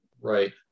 Right